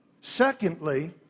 secondly